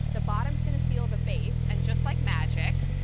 the bottom is going to feel the base, and just like magic,